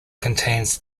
contains